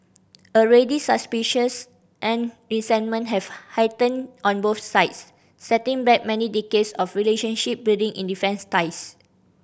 already suspicions and resentment have heightened on both sides setting back many decades of relationship building in defence ties